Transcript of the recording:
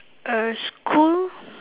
err school